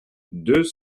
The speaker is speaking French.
deux